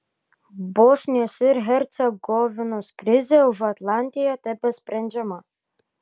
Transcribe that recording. bosnijos ir hercegovinos krizė užatlantėje tebesprendžiama